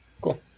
cool